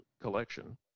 collection